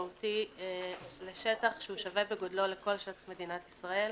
משמעותי לשטח שהוא שווה בגודלו לכל שטח מדינת ישראל.